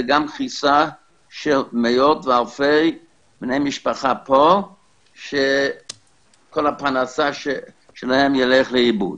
זה גם מכסה מאות ואלפי בני משפחה פה שכל הפרנסה שלהם תלך לאיבוד.